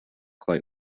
clay